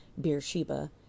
Beersheba